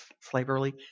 Slavery